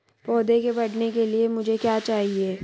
पौधे के बढ़ने के लिए मुझे क्या चाहिए?